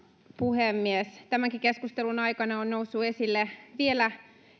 puhemies tämänkin keskustelun aikana on vielä